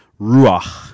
ruach